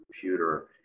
computer